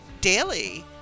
daily